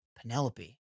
Penelope